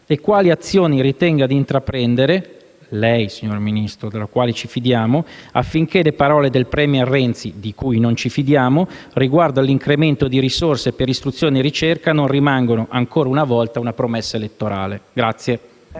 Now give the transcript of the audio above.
e quali azioni ritenga di intraprendere - lei, signora Ministra, della quale ci fidiamo - affinché le parole del *premier* Renzi - di cui non ci fidiamo - riguardo all'incremento di risorse per istruzione e ricerca non rimangano, ancora una volta, una promessa elettorale.